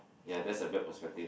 ya that's a bad perspective